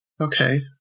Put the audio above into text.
okay